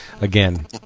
again